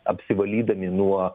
apsivalydami nuo